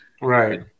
Right